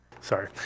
sorry